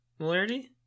Molarity